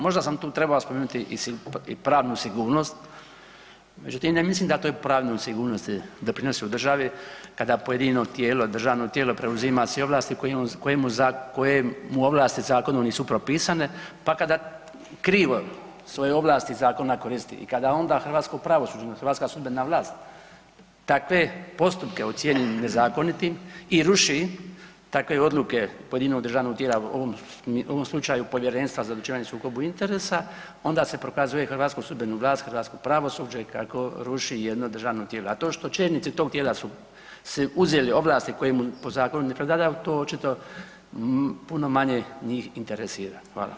Možda sam tu trebao spomenuti i pravnu sigurnost međutim ne mislim da toj pravnoj sigurnosti doprinosi u državi kada pojedino tijelo, državno tijelo preuzima sve ovlasti kojemu ovlasti zakonom nisu propisane, pa kada krivo svoje ovlasti zakona koristi i kada onda hrvatsko pravosuđe, hrvatska sudbena vlast takve postupke ocjenjuje nezakonitim i ruši takve odluke pojedinog državnog tijela, u ovom slučaju Povjerenstva za odlučivanje u sukobu interesa, onda se prokazuje hrvatsku sudbenu vlast, hrvatsko pravosuđe i kako ruši jedno državno tijelo a to što čelnici tog tijela su si uzeli ovlasti kojemu po zakonu ne pripadaju, to očito puno manje njih interesira.